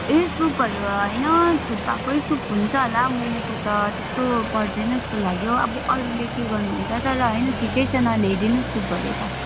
ए सुपहरू होइन थुक्पाकै सुप हुन्छ होला मोमोको त त्यस्तो पर्दैन जस्तो लाग्यो अब अरूले के गर्नु हुन्छ तर होइन ठिकै छ नल्याइदिनु सुपहरू त